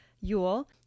Yule